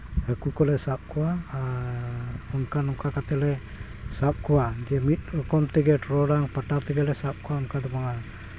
ᱦᱟᱹᱠᱩ ᱠᱚᱞᱮ ᱥᱟᱵ ᱠᱚᱣᱟ ᱟᱨ ᱚᱱᱠᱟ ᱚᱱᱠᱟ ᱠᱟᱛᱮᱫ ᱞᱮ ᱥᱟᱵ ᱠᱚᱣᱟ ᱡᱮ ᱢᱤᱫ ᱨᱚᱠᱚᱢ ᱛᱮᱜᱮ ᱴᱚᱨᱚᱰᱟᱝ ᱯᱟᱴᱟ ᱛᱮᱜᱮᱞᱮ ᱥᱟᱵ ᱠᱚᱣᱟ ᱚᱱᱠᱟ ᱫᱚ ᱵᱟᱝᱼᱟ